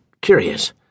curious